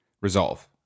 resolve